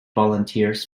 volunteers